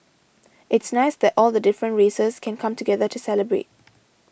it's nice that all the different races can come together to celebrate